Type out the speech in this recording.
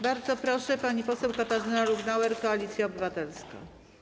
Bardzo proszę, pani poseł Katarzyna Lubnauer, Koalicja Obywatelska.